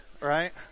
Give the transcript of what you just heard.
right